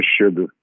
sugar